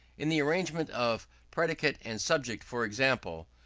in the arrangement of predicate and subject, for example,